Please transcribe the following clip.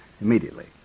immediately